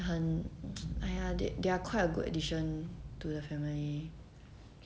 很 !aiya! they are quite a good addition to the family